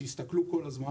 שיסתכלו כל הזמן,